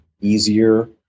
easier